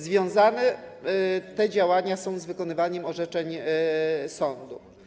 Związane są te działania z wykonywaniem orzeczeń sądu.